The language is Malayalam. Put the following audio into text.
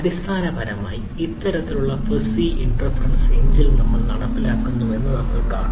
അടിസ്ഥാനപരമായി ഇത്തരത്തിലുള്ള ഫസ്സി ഇന്ഫെറെൻസ് എഞ്ചിൻ നമ്മൾ നടപ്പിലാക്കുന്നുവെന്ന് നമ്മൾ കാണുന്നു